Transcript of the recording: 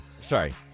Sorry